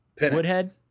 Woodhead